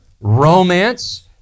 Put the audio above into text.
romance